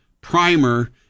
primer